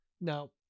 Now